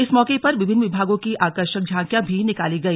इस मौके पर विभिन्न विभागों की आकर्षक झांकियां भी निकाली गई